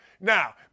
Now